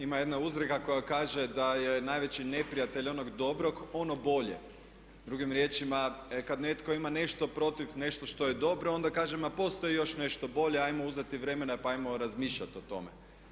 Ima jedna izreka koja kaže da je najveći neprijatelj onog dobrog ono bolje, drugim riječima kad netko ima nešto protiv nešto što je dobro. onda kažemo ma postoji još nešto bolje, ajmo uzeti vremena pa ajmo razmišljati o tome.